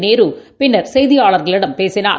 நேருபின்னா் செய்தியாளர்களிடம் பேசினார்